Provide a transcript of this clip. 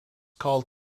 called